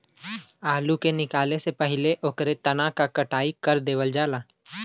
आलू के निकाले से पहिले ओकरे तना क कटाई कर देवल जाला